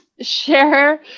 share